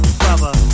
brother